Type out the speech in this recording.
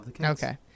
Okay